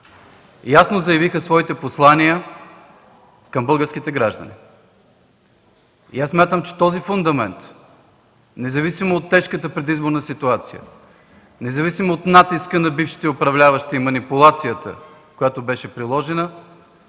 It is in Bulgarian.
ясно заявиха своите послания към българските граждани. Смятам, че този фундамент, независимо от тежката предизборна ситуация, независимо от натиска на бившите управляващи и манипулацията, която беше приложена,